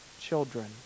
children